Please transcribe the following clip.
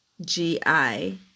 G-I